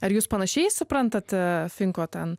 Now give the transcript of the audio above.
ar jūs panašiai suprantat finko ten